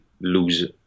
lose